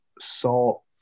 salt